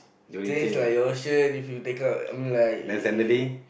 stains like your shirt if you take out I mean like if if